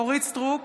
אורית מלכה סטרוק,